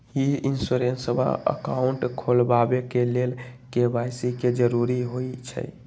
ई insurance account खोलबाबे के लेल के.वाई.सी के जरूरी होइ छै